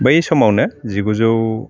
बै समावनो जिगुजौ